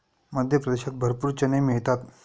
मध्य प्रदेशात भरपूर चणे मिळतात